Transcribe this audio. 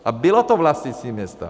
A bylo to vlastnictví města.